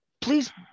please